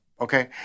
okay